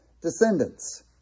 descendants